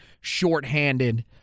shorthanded